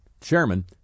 chairman